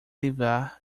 livrar